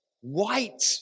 white